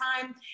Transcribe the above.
time